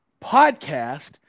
podcast